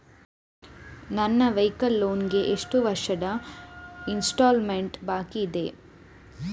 ನನ್ನ vehicle loan ಗೆ ಎಷ್ಟು ವರ್ಷದ ಇನ್ಸ್ಟಾಲ್ಮೆಂಟ್ ಬಾಕಿ ಇದೆ?